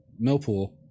Millpool